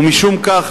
ומשום כך,